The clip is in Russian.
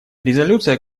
резолюция